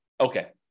okay